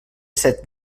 set